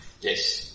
Yes